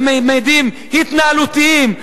בממדים התנהגותיים.